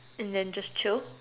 and then just chill